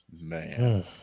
Man